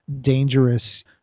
dangerous